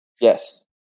Yes